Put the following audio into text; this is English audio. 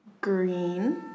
green